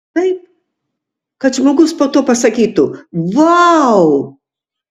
darai taip kad žmogus po to pasakytų vau